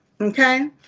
okay